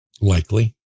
likely